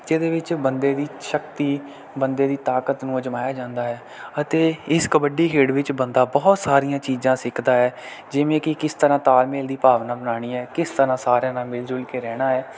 ਜਿਹਦੇ ਵਿੱਚ ਬੰਦੇ ਦੀ ਸ਼ਕਤੀ ਬੰਦੇ ਦੀ ਤਾਕਤ ਨੂੰ ਅਜਮਾਇਆ ਜਾਂਦਾ ਹੈ ਅਤੇ ਇਸ ਕਬੱਡੀ ਖੇਡ ਵਿੱਚ ਬੰਦਾ ਬਹੁਤ ਸਾਰੀਆਂ ਚੀਜ਼ਾਂ ਸਿੱਖਦਾ ਹੈ ਜਿਵੇਂ ਕਿ ਕਿਸ ਤਰ੍ਹਾਂ ਤਾਲਮੇਲ ਦੀ ਭਾਵਨਾ ਬਣਾਉਣੀ ਹੈ ਕਿਸ ਤਰ੍ਹਾਂ ਸਾਰਿਆਂ ਨਾਲ ਮਿਲ ਜੁਲ ਕੇ ਰਹਿਣਾ ਆ